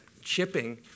shipping